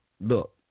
look